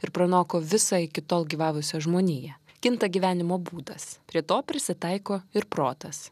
ir pranoko visą iki tol gyvavusią žmoniją kinta gyvenimo būdas prie to prisitaiko ir protas